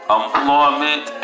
employment